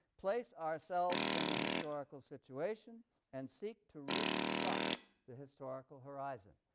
place ourselves in the historical situation and seek to reconstruct the historical horizon.